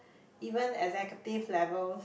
even executive levels